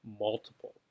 multiple